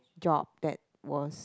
job that was